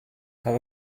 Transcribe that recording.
have